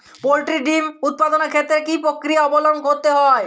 Poultry ডিম উৎপাদনের ক্ষেত্রে কি পক্রিয়া অবলম্বন করতে হয়?